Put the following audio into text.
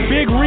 Big